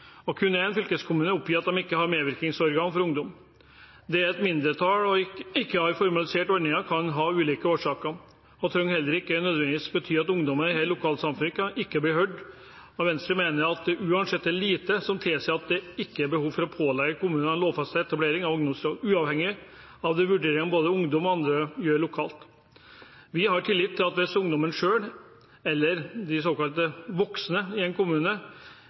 kun én fylkeskommune oppgir at de ikke har et medvirkningsorgan for ungdom. Det at et mindretall ikke har formaliserte ordninger, kan ha ulike årsaker og trenger heller ikke nødvendigvis bety at ungdom i disse lokalsamfunnene ikke blir hørt. Venstre mener det uansett er lite som tilsier at det er behov for å pålegge kommunene en lovfestet etablering av ungdomsråd, uavhengig av de vurderingene både ungdom og andre gjør lokalt. Vi har tillit til at hvis ungdommen selv eller de såkalte voksne i en kommune